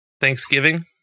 Thanksgiving